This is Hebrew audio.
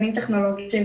כלים טכנולוגיים,